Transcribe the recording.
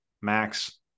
Max